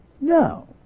No